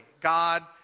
God